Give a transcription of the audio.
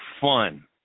fun